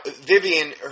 Vivian